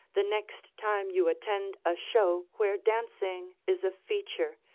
the next time you attend a show where dancing is a feature,